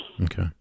Okay